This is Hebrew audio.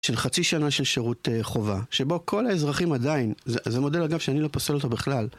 של חצי שנה של שירות חובה, שבו כל האזרחים עדיין, זה מודל אגב שאני לא פוסל אותו בכלל